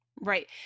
Right